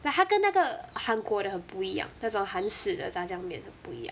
like 它跟那个韩国的很不一样那种韩式的炸酱面很不一样